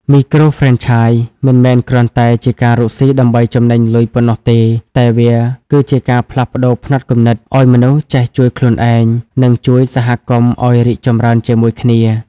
មីក្រូហ្វ្រេនឆាយមិនមែនគ្រាន់តែជាការរកស៊ីដើម្បីចំណេញលុយប៉ុណ្ណោះទេ តែវាគឺជា "ការផ្លាស់ប្តូរផ្នត់គំនិត" ឱ្យមនុស្សចេះជួយខ្លួនឯង និងជួយសហគមន៍ឱ្យរីកចម្រើនជាមួយគ្នា។